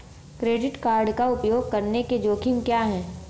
Credit card का उपयोग करने के जोखिम क्या हैं?